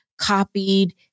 copied